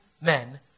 men